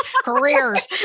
Careers